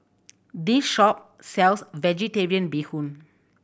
this shop sells Vegetarian Bee Hoon